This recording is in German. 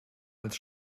als